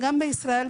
בישראל,